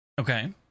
Okay